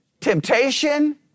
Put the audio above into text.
Temptation